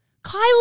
Kyle